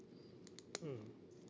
mm